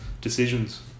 decisions